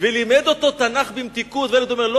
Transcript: ולימד אותו תנ"ך במתיקות והילד אמר: אבא,